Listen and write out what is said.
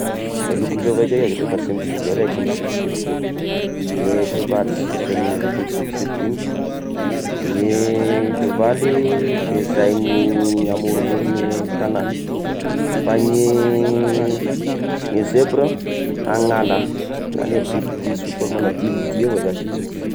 I lokondreo avy akeo da efa sy mitovy, i araiky misipisipiky ny sevaly sisy agniny loko misipisipiky igny, ny sevaly tezainy amoromory ny tagnà, fa ny ny zebra han'ala agny biby dia sous forme agna biby dia zashy izy io.